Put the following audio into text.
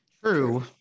True